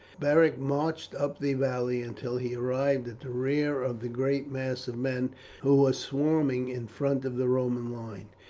beric marched up the valley until he arrived at the rear of the great mass of men who were swarming in front of the roman line,